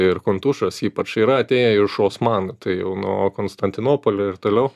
ir kontušas ypač yra atėję iš osmanų tai jau nuo konstantinopolio ir toliau